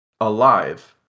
alive